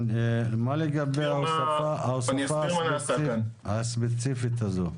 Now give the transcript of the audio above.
מה לגבי ההוספה הספציפית הזו?